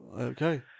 Okay